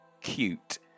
cute